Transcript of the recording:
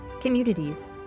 communities